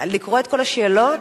לקרוא את כל השאלות?